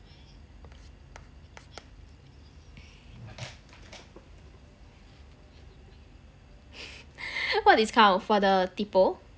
what discount for the tipo